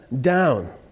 down